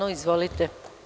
Izvolite.